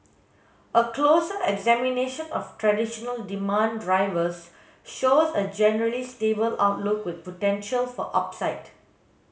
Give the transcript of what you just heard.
a closer examination of traditional demand drivers shows a generally stable outlook with potential for upside